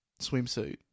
swimsuit